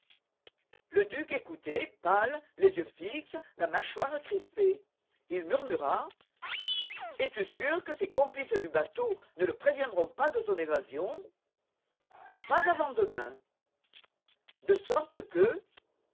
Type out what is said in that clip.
le duc écoutait pâle les yeux fixes la mâchoire crispée il murmura es-tu sûr que ses complices du bateau ne le préviendront pas de ton évasion pas avant demain de sorte que